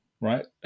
right